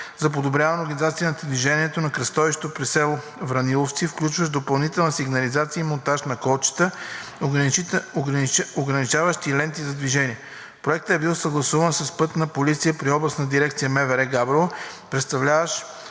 за подобряване организацията на движение на кръстовището при село Враниловци, включващ допълнителна сигнализация и монтаж на колчета, ограничаващи ленти за движение. Проектът е бил съгласуван с Пътна полиция при Областна дирекция на МВР – Габрово,